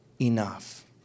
enough